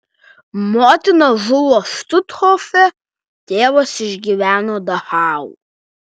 motina žuvo štuthofe tėvas išgyveno dachau